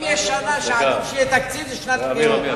אם יש שנה שבה עדיף שיהיה תקציב, זו שנת בחירות.